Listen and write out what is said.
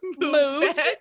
moved